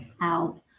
out